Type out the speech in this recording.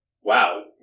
Wow